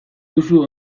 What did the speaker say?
duzu